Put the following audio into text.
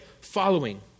following